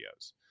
videos